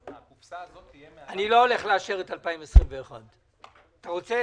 -- הקופסה הזאת תהיה --- אני לא הולך לאשר את 2021. אתה רוצה,